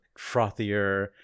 frothier